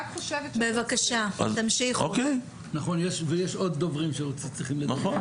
יש לנו